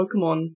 Pokemon